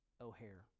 O'Hare